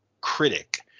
critic